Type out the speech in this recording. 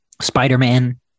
Spider-Man